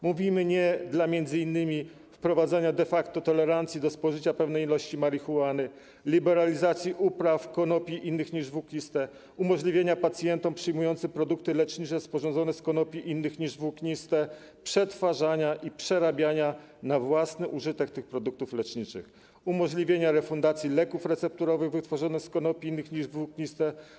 Mówimy nie dla m.in. wprowadzenia de facto tolerancji dla spożycia pewnej ilości marihuany, liberalizacji upraw konopi innych niż włókniste, umożliwienia pacjentom przyjmującym produkty lecznicze sporządzone z konopi innych niż włókniste przetwarzania i przerabiana na własny użytek tych produktów leczniczych, umożliwienia refundacji leków recepturowych wytworzonych z konopi innych niż włókniste.